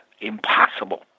impossible